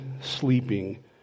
sleeping